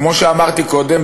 כמו שאמרתי קודם,